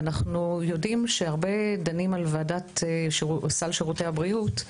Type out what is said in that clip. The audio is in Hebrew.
אנחנו יודעים שהרבה דנים על סל שירותי הבריאות,